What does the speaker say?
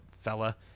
fella